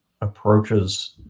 approaches